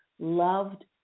loved